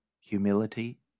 Humility